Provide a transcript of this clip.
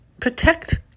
protect